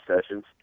sessions